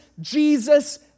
Jesus